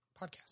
podcast